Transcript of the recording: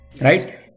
right